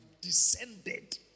descended